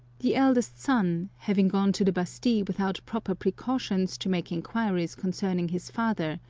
the eldest son, having gone to the bastille without proper pre cautions, to make inquiries concerning his father,